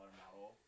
model